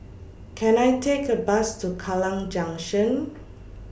Can I Take A Bus to Kallang Junction